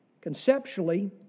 Conceptually